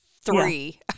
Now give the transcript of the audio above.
three